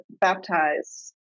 baptize